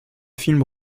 film